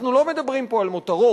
אנחנו לא מדברים פה על מותרות,